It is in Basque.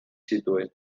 zituen